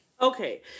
Okay